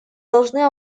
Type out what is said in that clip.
должны